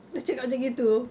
dia cakap macam gitu